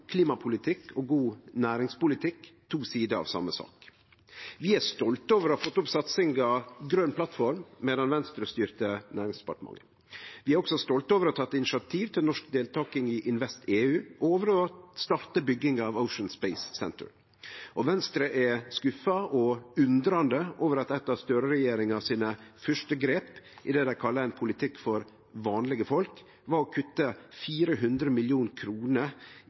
klimapolitikk og god næringspolitikk to sider av same sak. Vi er stolte over å ha fått opp satsinga Grøn plattform med det Venstre-styrte Næringsdepartementet. Vi er også stolte over å ha teke initiativ til norsk deltaking i InvestEU og over å ha starta bygginga av Ocean Space Centre. Og Venstre er skuffa over og undrande til at eit av dei første grepa til Støre-regjeringa, i det dei kallar ein politikk for vanlege folk, var å kutte 400